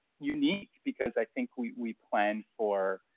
unique because i think we plan for